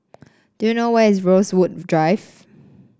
do you know where is Rosewood Drive